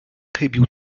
chybił